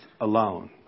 alone